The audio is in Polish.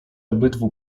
obydwu